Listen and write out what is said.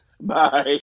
bye